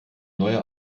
neuer